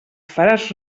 faràs